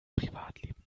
privatleben